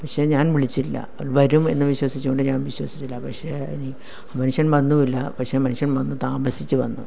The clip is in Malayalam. പക്ഷേ ഞാൻ വിളിച്ചില്ല വരും എന്ന് വിശ്വസിച്ചു കൊണ്ട് ഞാൻ വിശ്വസിച്ചില്ല പക്ഷേ ഇനി മനുഷ്യൻ വന്നുമില്ല പക്ഷേ മനുഷ്യൻ വന്നു താമസിച്ചു വന്നു